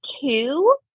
two